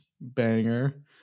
banger